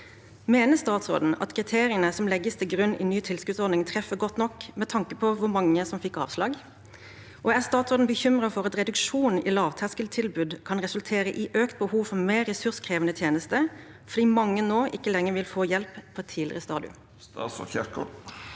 Mener statsråden at kriteriene som legges til grunn i ny tilskuddsordning, treffer godt nok med tanke på hvor mange som fikk avslag? Og er statsråden bekymret for at reduksjon i lavterskeltilbud kan resultere i økt behov for mer ressurskrevende tjenester, fordi mange nå ikke lenger vil få hjelp på et tidligere stadium? Statsråd Ingvild